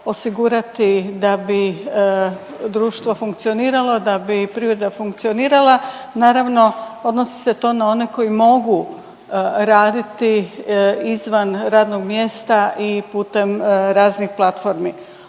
osigurati da bi društvo funkcioniralo, da bi privreda funkcionirala. Naravno, odnosi se to na one koji mogu raditi izvan radnog mjesta i putem raznih platformi.